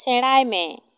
ᱥᱮᱬᱟᱭ ᱢᱮ